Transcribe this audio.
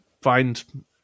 find